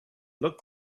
look